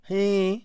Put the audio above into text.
Hey